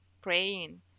praying